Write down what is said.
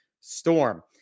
Storm